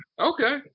okay